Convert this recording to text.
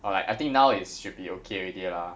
or like I think now it should be okay already lah